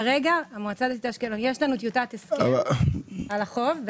כרגע המועצה הדתית אשקלון יש לנו טיוטת הסכם על החוב.